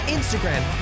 Instagram